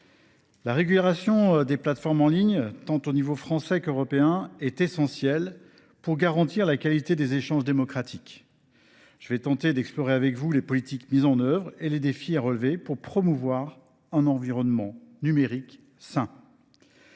La régulation des plateformes en ligne, au niveau tant français qu’européen, est essentielle pour garantir la qualité des échanges démocratiques. Je vais tenter d’exposer les politiques mises en œuvre et les défis à relever pour promouvoir un environnement numérique sain.